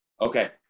Okay